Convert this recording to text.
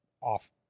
off